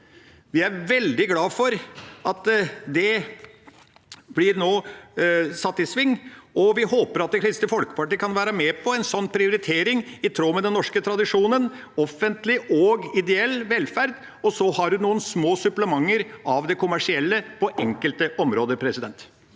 Vi er veldig glad for at det nå blir satt i sving. Vi håper at Kristelig Folkeparti kan være med på en sånn prioritering, i tråd med den norske tradisjonen med offentlig og ideell velferd, og at en så har noen små supplementer av de kommersielle på enkelte områder. Anna